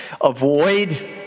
avoid